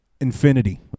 infinity